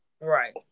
Right